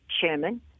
chairman